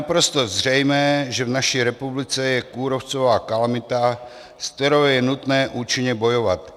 Je naprosto zřejmé, že v naší republice je kůrovcová kalamita, s kterou je nutné účinně bojovat.